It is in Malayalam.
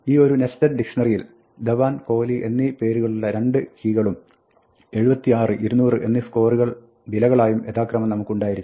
ഈ ഒരു നെസ്റ്റഡ് ഡിക്ഷ്ണറിയിൽ ധവാൻ കോഹ്ലി എന്നീ പേരുകളുള്ള രണ്ട് കീകളും 76 200 എന്നീ സ്കോറുകൾ വിലകളായും യഥാക്രമം നമുക്കുണ്ടായിരിക്കും